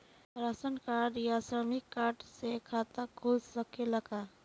Ration card या श्रमिक card से खाता खुल सकेला का?